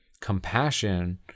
compassion